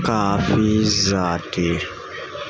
کافی ذاتی